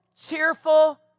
cheerful